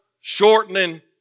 shortening